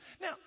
Now